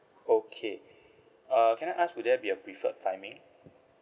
okay uh can I ask would there be a preferred timing